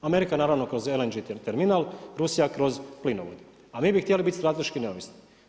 Amerika naravno kroz LNG terminal, Rusija kroz plinovod, a vi bi htjeli biti strateški neovisni.